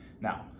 Now